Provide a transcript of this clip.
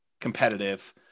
competitive